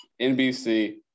NBC